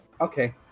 Okay